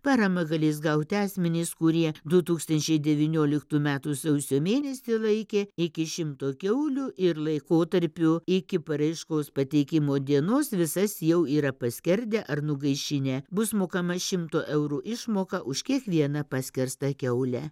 paramą galės gauti asmenys kurie du tūkstančiai devynioliktų metų sausio mėnesį laikė iki šimto kiaulių ir laikotarpiu iki paraiškos pateikimo dienos visas jau yra paskerdę ar nugaišinę bus mokama šimto eurų išmoka už kiekvieną paskerstą kiaulę